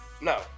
No